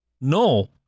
no